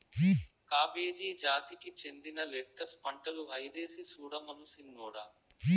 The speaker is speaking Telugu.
కాబేజీ జాతికి చెందిన లెట్టస్ పంటలు ఐదేసి సూడమను సిన్నోడా